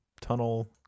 tunnel